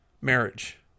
marriage